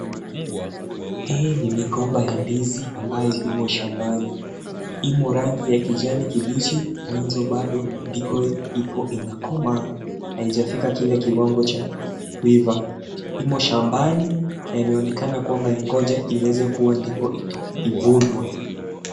Hii ni migomba ya ndizi ambayo imo shambani, imo rangi yakijani kibichi, mwanzo bado ipo inakomaa, haijafika ile kiwango cha kuiva. Imo shambani na imeonekana kwamba inangoja iweze kuwa ndipo ivunwe.